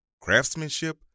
craftsmanship